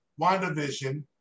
WandaVision